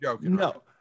no